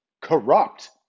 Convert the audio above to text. corrupt